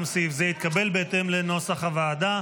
גם סעיף זה, בנוסח הוועדה,